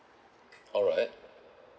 alright